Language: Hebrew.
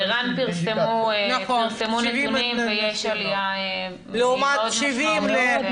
ער"ן פרסמו נתונים ויש עלייה והיא מאוד משמעותית.